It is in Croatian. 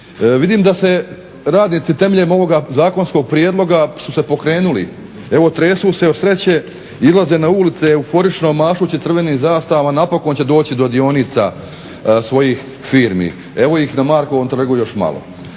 vidim da se radnicima temeljem ovoga zakonskog prijedloga su se pokrenuli, evo tresu se od sreće, izlaze na ulice euforično mašući crvenim zastavama, napokon će doći do dionica svojih firmi, evo ih na Markovom trgu još malo,